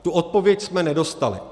Tu odpověď jsme nedostali.